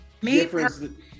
difference